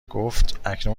گفتاکنون